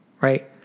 right